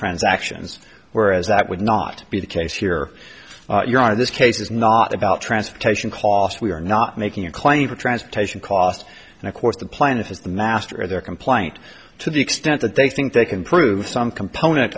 transactions where as that would not be the case here your honor this case is not about transportation cost we are not made a claim for transportation costs and of course the plaintiff is the master of their complaint to the extent that they think they can prove some component